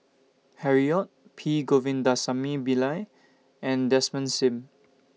Harry ORD P Govindasamy Pillai and Desmond SIM